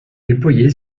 déployé